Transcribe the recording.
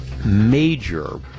Major